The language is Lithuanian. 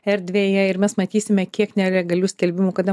erdvėje ir mes matysime kiek nelegalių skelbimų kada